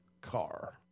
car